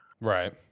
Right